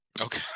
okay